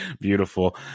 Beautiful